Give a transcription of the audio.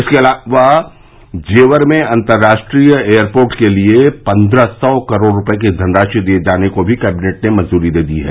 इसके साथ ही जेवर में अतंर्राष्ट्रीय एयरपोर्ट के लिये पन्द्रह सौ करोड़ रूपये की धनराशि दिये जाने को भी कैबिनेट ने मंजूरी दे दी है